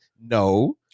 No